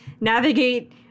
navigate